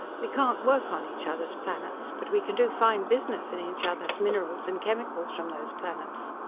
we can't work on each other's planets, but we can do fine business in each other's minerals and chemicals from those planets.